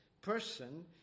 person